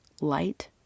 light